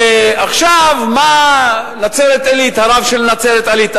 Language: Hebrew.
עכשיו, מה נצרת-עילית, הרב של נצרת-עילית?